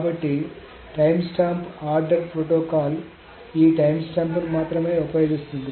కాబట్టి timestamp order protocol ఈ టైమ్స్టాంప్ను మాత్రమే ఉపయోగిస్తుంది